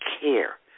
care